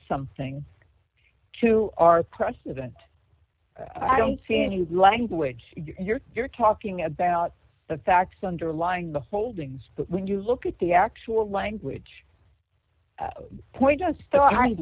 something to our precedent i don't see any language you're you're talking about the facts underlying the holdings but when you look at the actual language point just so i